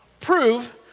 prove